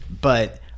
but-